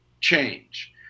change